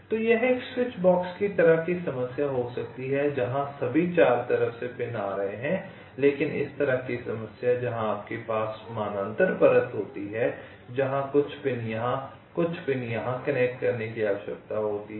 तो यह एक स्विच बॉक्स की तरह की समस्या हो सकती है जहाँ सभी 4 तरफ से पिन आ रहे हैं लेकिन इस तरह की समस्या जहाँ आपके पास एक समानांतर परत होती है जहाँ कुछ पिन यहाँ और कुछ पिन यहाँ कनेक्ट करने की आवश्यकता होती है